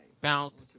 bounce